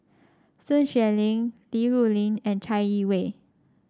Sun Xueling Li Rulin and Chai Yee Wei